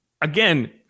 again